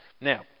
Now